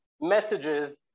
messages